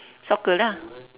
soccer lah